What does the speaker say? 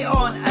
on